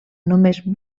només